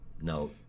No